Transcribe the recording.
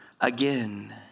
again